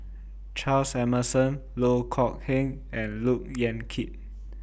Charles Emmerson Loh Kok Heng and Look Yan Kit